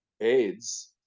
AIDS